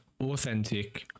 authentic